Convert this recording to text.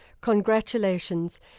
congratulations